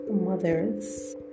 mothers